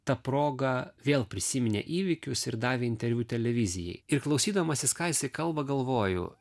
ta proga vėl prisiminė įvykius ir davė interviu televizijai ir klausydamasis ką jisai kalba galvojau